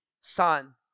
Son